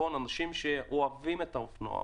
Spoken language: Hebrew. אנשים שאוהבים את האופנוע,